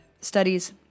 studies